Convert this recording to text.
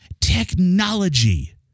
Technology